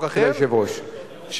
לתת לראש העיר,